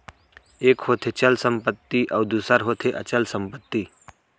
एक होथे चल संपत्ति अउ दूसर होथे अचल संपत्ति